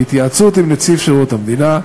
בהתייעצות עם נציב שירות המדינה,